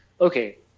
okay